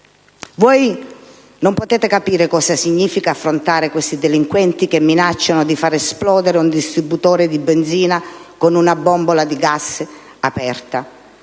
voi non potete capire cosa significa affrontare questi delinquenti che minacciano di far esplodere un distributore di benzina con una bombola di gas aperta.